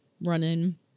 running